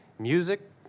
Music